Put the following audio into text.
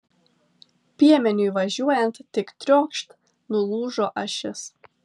piemeniui važiuojant tik triokšt nulūžo ašis